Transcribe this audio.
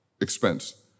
expense